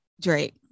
Drake